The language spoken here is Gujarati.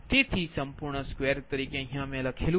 તેથી સંપૂર્ણ સ્ક્વેર તરીકે લખવું